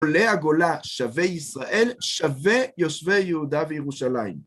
עולי הגולה שווה ישראל שווה יושבי יהודה וירושלים.